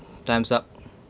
time's up